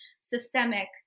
systemic